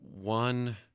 One